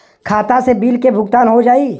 खाता से बिल के भुगतान हो जाई?